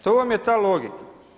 To vam je ta logika.